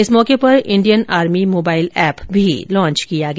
इस मौके पर Indian army mobile app launch किया गया